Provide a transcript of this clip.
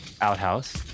Outhouse